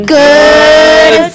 good